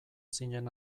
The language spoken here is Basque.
zinen